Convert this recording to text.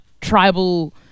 tribal